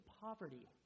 poverty